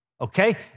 Okay